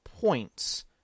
points